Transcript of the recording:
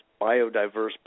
biodiverse